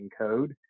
code